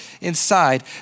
inside